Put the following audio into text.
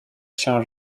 się